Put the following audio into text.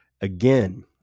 Again